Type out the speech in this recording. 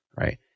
right